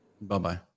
Bye-bye